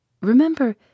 remember